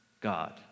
God